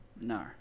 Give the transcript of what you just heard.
No